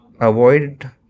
avoid